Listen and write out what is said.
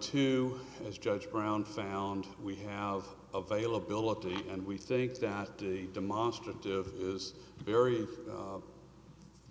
two as judge brown found we have availability and we think that the demonstrative is very